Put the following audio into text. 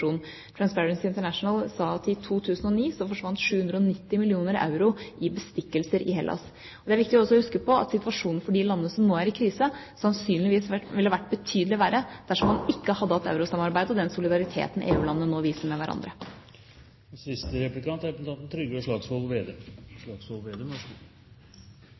Transparency International sa at i 2009 forsvant 790 mill. euro i bestikkelser i Hellas. Det er viktig også å huske på at situasjonen for de landene som nå er i krise, sannsynligvis ville vært betydelig verre dersom vi ikke hadde hatt eurosamarbeidet og den solidariteten EU-landene nå viser med hverandre. Jeg merket meg at komiteens leder ikke svarte på spørsmålet fra representanten